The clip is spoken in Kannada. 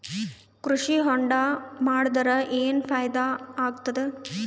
ಕೃಷಿ ಹೊಂಡಾ ಮಾಡದರ ಏನ್ ಫಾಯಿದಾ ಆಗತದ?